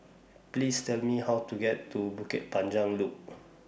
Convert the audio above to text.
Please Tell Me How to get to Bukit Panjang Loop